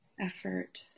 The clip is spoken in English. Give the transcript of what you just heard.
effort